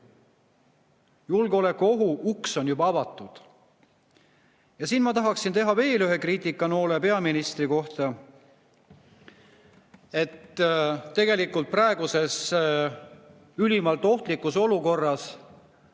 Julgeolekuohu uks on juba avatud. Siin ma tahaksin [lasta] veel ühe kriitikanoole peaministri pihta. Tegelikult praeguses ülimalt ohtlikus olukorras